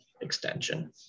extension